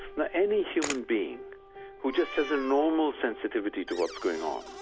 but any human being who just has a normal sensitivity to what's going on,